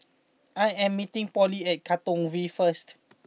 I am meeting Polly at Katong V first